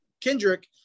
Kendrick